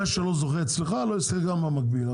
מה שלא זוכה אצלך, לא יזכה גם במקביל.